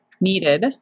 needed